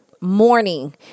morning